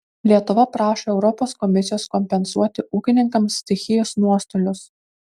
lietuva prašo europos komisijos kompensuoti ūkininkams stichijos nuostolius